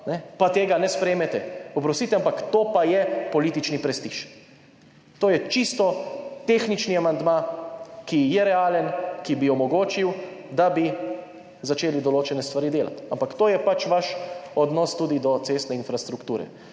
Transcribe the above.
pa tega ne sprejmete. Oprostite, ampak to pa je politični prestiž. To je čisto tehnični amandma, ki je realen, ki bi omogočil, da bi začeli določene stvari delati, ampak to je pač vaš odnos tudi do cestne infrastrukture.